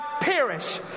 perish